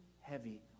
heavy